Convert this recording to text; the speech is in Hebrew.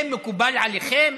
זה מקובל עליכם?